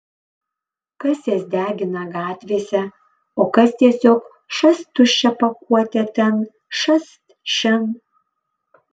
kas jas degina gatvėse o kas tiesiog šast tuščią pakuotę ten šast šen